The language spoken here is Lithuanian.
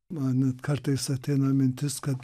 man kartais ateina mintis kad